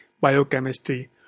Biochemistry